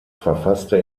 verfasste